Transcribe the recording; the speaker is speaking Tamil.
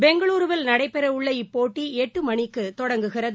பெங்களூருவில் நடைபெற உள்ள இப்போட்டி எட்டு மணிக்குத் தொடங்குகிறது